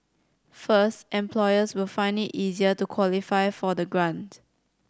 first employers will find it easier to qualify for the grant